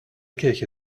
kirche